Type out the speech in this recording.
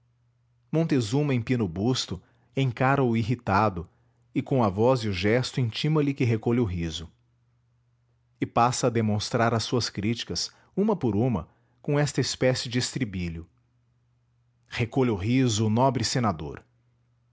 desdém montezuma empina o busto encara o irritado e com a voz e o gesto intima lhe que recolha o riso e passa a demonstrar as suas críticas uma por uma com esta espécie de estribilho recolha o riso o nobre senador